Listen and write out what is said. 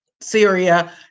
Syria